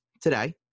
today